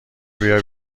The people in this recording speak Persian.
بیا